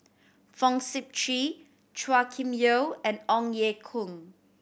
Fong Sip Chee Chua Kim Yeow and Ong Ye Kung